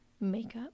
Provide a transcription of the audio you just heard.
makeup